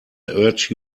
urge